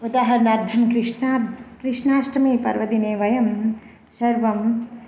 उदाहरणार्थं कृष्णा कृष्णाष्टमी पर्वदिने वयं सर्वे